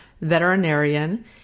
veterinarian